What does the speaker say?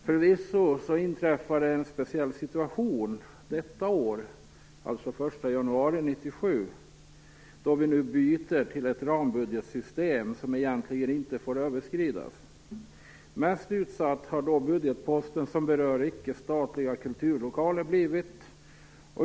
Förvisso inträffar en speciell situation detta år, alltså den 1 januari 1997, i och med att vi nu byter till ett system med rambudget, som egentligen inte får överskridas. Mest utsatt har då den budgetpost som berör icke-statliga kulturlokaler blivit.